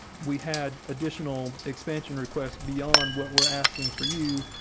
we had additional expansion requests beyond what we're asking for you.